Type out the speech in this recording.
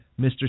Mr